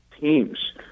teams